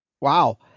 Wow